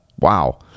wow